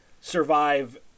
survive